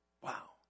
Wow